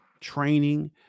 training